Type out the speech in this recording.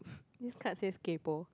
this card says kaypo